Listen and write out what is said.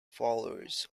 followers